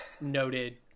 noted